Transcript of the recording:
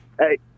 hey